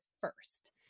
first